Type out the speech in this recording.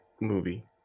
movie